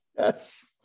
Yes